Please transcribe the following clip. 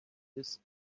this